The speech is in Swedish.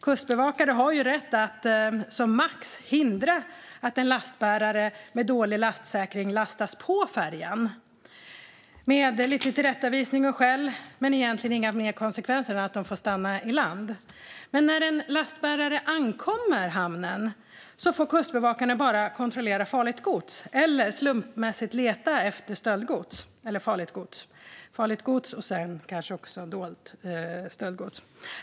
Kustbevakare har som max rätt att hindra att en lastbärare med dålig lastsäkring lastas på en färja. Det blir en tillrättavisning och lite skäll, men det blir egentligen inga fler konsekvenser än att de får stanna i land. När en lastbärare däremot ankommer hamnen får kustbevakarna bara kontrollera farligt gods eller slumpmässigt leta efter eventuellt dolt stöldgods.